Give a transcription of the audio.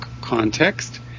context